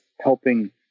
helping